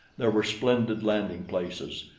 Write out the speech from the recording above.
there were splendid landing-places,